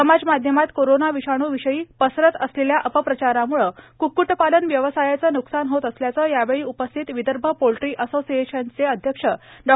समाज माध्यमात करोना विषाणूविषयी पसरत असलेल्या अप्रचारामूळे कुक्कुटपालन व्यवसायाचं नुकसान होत असल्याचं यावेळी उपस्थित विदर्भ पोल्टी असोसिएशनचे अध्यक्ष डॉ